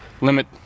limit